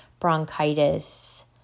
bronchitis